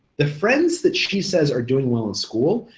the friends that she says are doing well in school,